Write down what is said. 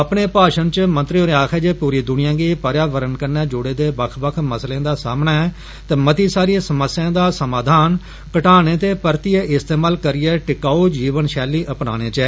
अपने भाषण च मंत्री होरें आक्खेआ जे पूरी दुनिया गी पर्यावरण कन्नै जुड़े दे बक्ख बक्ख मसलें दा सामना करना ऐ ते मती सारी समस्याए दा समाधान घटाने ते परतियै इस्तेमाल करियै टिकाऊ जीवन शैली अपनाने च ऐ